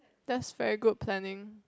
that's very good planning